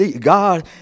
God